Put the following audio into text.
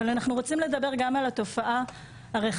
אבל אנחנו רוצים לדבר גם על התופעה הרחבה.